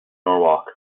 norwalk